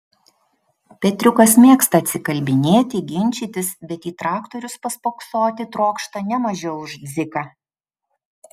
petriukas mėgsta atsikalbinėti ginčytis bet į traktorius paspoksoti trokšta ne mažiau už dziką